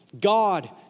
God